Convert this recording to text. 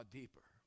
deeper